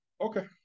Okay